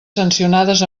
sancionades